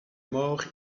mort